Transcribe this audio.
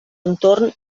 entorn